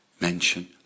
mention